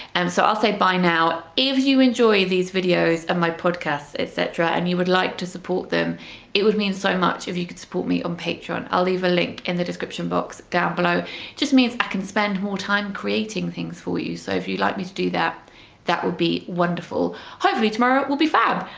and so i'll say bye now. if you enjoy these videos and my podcasts etc and you would like to support them it would mean so much if you could support me on patreon i'll leave a link in the description box down below, it just means i can spend more time creating things for you. so if you'd like me to do that that would be wonderful hopefully tomorrow will be fab,